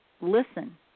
listen